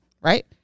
Right